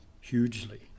hugely